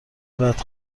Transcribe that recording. بعد